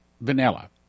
vanilla